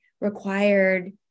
required